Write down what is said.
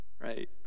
right